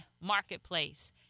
marketplace